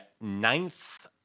ninth